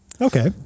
Okay